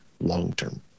long-term